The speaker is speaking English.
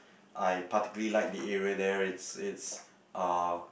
I particularly like the area there it's it's uh